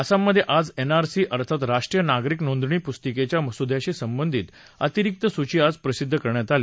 आसाममधे आज एनआरसी अर्थात राष्ट्रीय नागरिक नोंदणी पुस्तिकेच्या मसुद्याशी संबंधित अतिरिक्त सूची आज प्रसिद्ध करण्यात आली